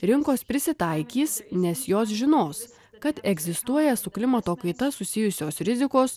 rinkos prisitaikys nes jos žinos kad egzistuoja su klimato kaita susijusios rizikos